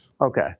Okay